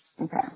Okay